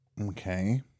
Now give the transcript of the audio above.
Okay